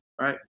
right